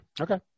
Okay